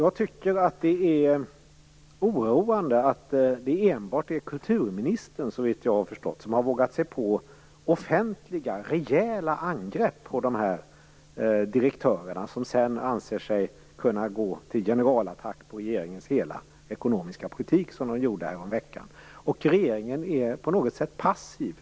Jag tycker att det är oroande att det enbart är kulturministern - såvitt jag har förstått - som har vågat sig på offentliga rejäla angrepp på direktörerna som sedan anser sig kunna gå till generalattack på regeringens hela ekonomiska politik, vilket de gjorde häromveckan. Regeringen är på något sätt passiv.